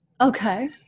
Okay